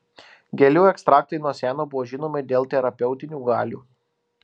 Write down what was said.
gėlių ekstraktai nuo seno buvo žinomi dėl terapeutinių galių